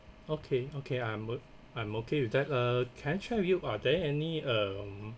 okay okay I'm o~ I'm okay with that uh can I check with you are there any um